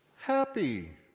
happy